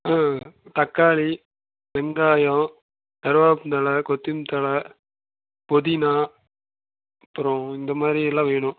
தக்காளி வெங்காயம் கருவேப்பிலை தழை கொத்திமல்லி தழை புதினா அப்புறம் இந்தமாதிரிலாம் வேணும்